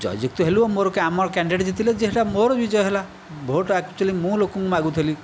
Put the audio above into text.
ଜୟଯୁକ୍ତ ହେଲୁ ମୋର ଆମର କ୍ୟାଣ୍ଡିଡେଟ୍ ଜିତିଲେ ଯେ ସେଇଟା ମୋର ବିଜୟ ହେଲା ଭୋଟ୍ ଆକ୍ଚୁଏଲି ମୁଁ ଲୋକଙ୍କୁ ମାଗୁଥିଲି